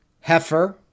Heifer